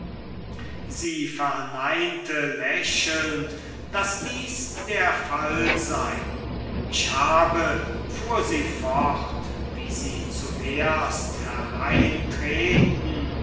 sie verneinte lächelnd daß dies der fall sei ich habe fuhr sie fort wie sie zuerst hereintraten